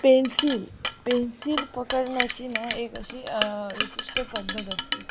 pencil pencil पकडण्याची ना एक अशी विशिष्ट पद्धत असते